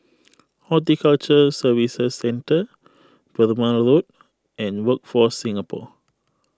Horticulture Services Centre Perumal Road and Workforce Singapore